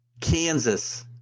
Kansas